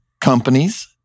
companies